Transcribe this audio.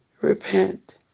Repent